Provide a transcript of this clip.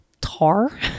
tar